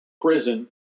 prison